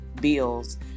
bills